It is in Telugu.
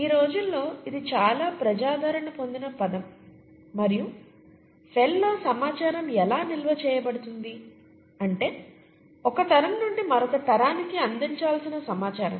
ఈ రోజుల్లో ఇది చాలా ప్రజాదరణ పొందిన పదం మరియు సెల్లో సమాచారం ఎలా నిల్వ చేయబడుతుంది అంటే ఒక తరం నుండి మరొక తరానికి అందించాల్సిన సమాచారం